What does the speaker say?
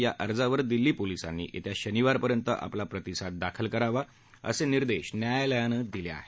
या अर्जावर दिल्ली पोलीसांनी येत्या शनिवारपर्यंत आपला प्रतिसाद दाखल करावा असे निर्देश न्यायालयानं दिले आहेत